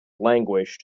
languished